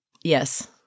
yes